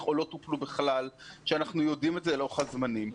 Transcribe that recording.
או לא טופלו בכלל ואנחנו יודעים את זה לאורך הזמן.